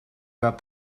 about